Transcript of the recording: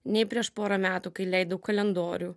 nei prieš porą metų kai leidau kalendorių